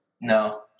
No